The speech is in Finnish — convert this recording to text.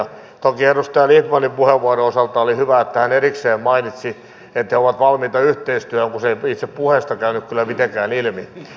toki edustaja lindtmanin puheenvuoron osalta oli hyvä että hän erikseen mainitsi että he ovat valmiita yhteistyöhön kun se ei itse puheesta käynyt kyllä mitenkään ilmi